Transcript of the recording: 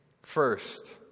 First